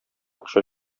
акча